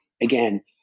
again